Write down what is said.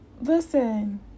Listen